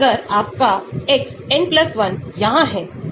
गतिविधि अधिकतम होने पर एक अनुकूलतम log p log p 0 हो सकता है